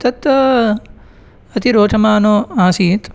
तत् अति रोचमानो आसीत्